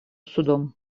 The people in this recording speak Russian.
судом